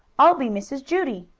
i'll be mrs. judy,